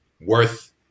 worth